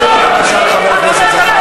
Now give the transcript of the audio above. בפעם השנייה.